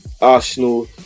Arsenal